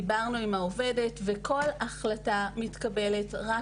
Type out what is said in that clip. דיברנו עם העובדת וכל החלטה מתקבלת רק